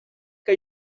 que